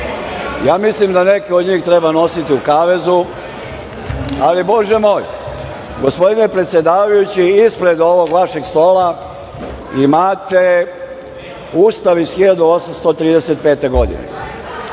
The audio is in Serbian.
ja mislim da neke od njih treba nositi u kavezu, ali Bože moj. Gospodine predsedavajući, ispred ovog vašeg stola imate Ustav iz 1835. godine.